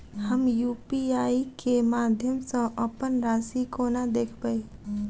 हम यु.पी.आई केँ माध्यम सँ अप्पन राशि कोना देखबै?